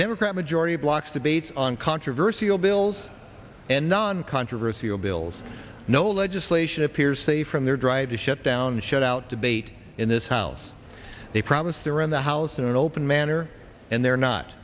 democrat majority blocks debates on controversy or bills and none controversy or bills no legislation appears safe from their drive to shut down shut out debate in this house they promised there in the house in an open manner and they're not